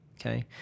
okay